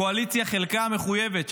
הקואליציה, חלקה מחויבת.